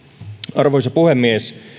arvoisa puhemies